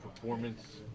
performance